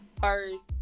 first